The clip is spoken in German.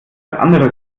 anderes